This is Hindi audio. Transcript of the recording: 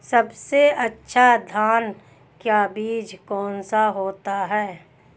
सबसे अच्छा धान का बीज कौन सा होता है?